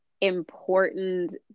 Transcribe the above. important